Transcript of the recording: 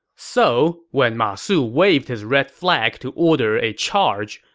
so when ma su waved his red flag to order a charge,